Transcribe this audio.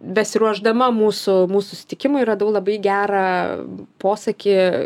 besiruošdama mūsų mūsų susitikimui radau labai gerą posakį